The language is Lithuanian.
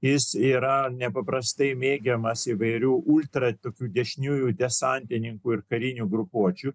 jis yra nepaprastai mėgiamas įvairių ūdra tokių dešiniųjų desantininkų ir karinių grupuočių